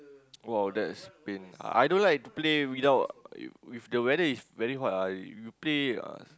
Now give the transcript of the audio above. !wow! that is pain I don't like to play without if the weather is very hot ah you play uh